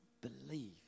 believe